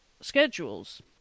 schedules